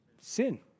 Sin